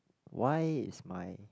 why is my